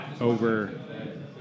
over